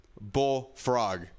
bullfrog